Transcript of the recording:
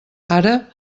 ara